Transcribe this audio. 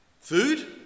food